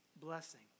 blessing